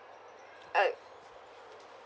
okay